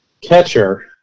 catcher